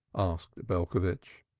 asked belcovitch.